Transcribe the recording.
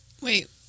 wait